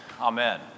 amen